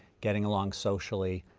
getting along socially?